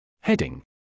Heading